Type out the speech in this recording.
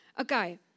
Okay